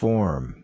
Form